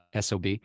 SOB